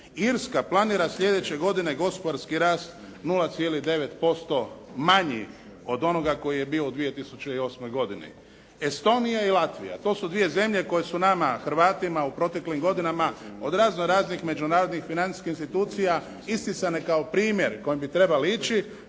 Irska planira sljedeće godine gospodarski rast 0,9% manji od onoga koji je bio u 2008. godini. Estonija i Latvija. To su dvije zemlje koje su nama Hrvatima u proteklim godinama od razno raznih međunarodnih, financijskih institucija isticane kao primjer kojim bi trebali ići.